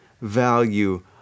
Value